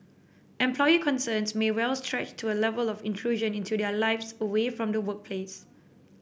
employee concerns may well stretch to A Level of intrusion into their lives away from the workplace